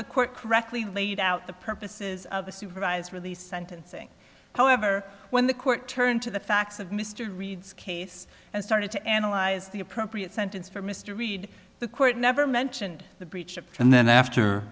the court correctly laid out the purposes of the supervised release sentencing however when the court turned to the facts of mr reed's case and started to analyze the appropriate sentence for mr reed the court never mentioned the breach of and then after